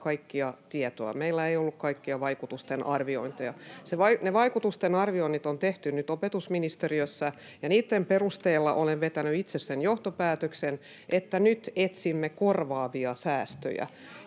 kaikkea tietoa, meillä ei ollut kaikkia vaikutusten arviointeja. [Vasemmalta: Nyt on!] Ne vaikutusten arvioinnit on tehty nyt opetusministeriössä, ja niitten perusteella olen vetänyt itse sen johtopäätöksen, että nyt etsimme korvaavia säästöjä.